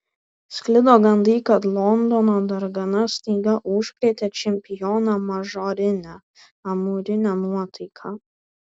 sklido gandai kad londono dargana staiga užkrėtė čempioną mažorine amūrine nuotaika